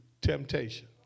temptation